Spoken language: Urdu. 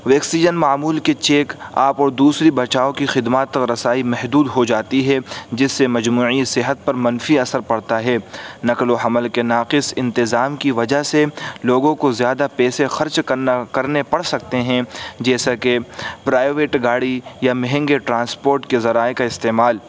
ویکسیجن معمول کے چیک آپ اور دوسری بچاؤ کی خدمات اور رسائی محدود ہو جاتی ہے جس سے مجموعی صحت پر منفی اثر پڑتا ہے نقل و حمل کے ناقص انتظام کی وجہ سے لوگوں کو زیادہ پیسے خرچ کرنا کرنے پڑ سکتے ہیں جیسا کہ پرائیویٹ گاڑی یا مہنگے ٹرانسپوٹ کے ذرائع کا استعمال